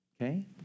okay